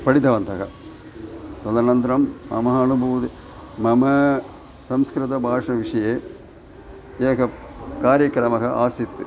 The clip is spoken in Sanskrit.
पठितवन्तः तदनन्तरं मम अनुभूति मम संस्कृतभाषायाः विषये एकः कार्यक्रमः आसीत्